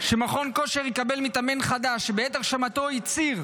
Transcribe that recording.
שמכון כושר יקבל מתאמן חדש שבעת הרשמתו הצהיר